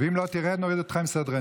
ואם לא תרד, נוריד אותך עם סדרנים.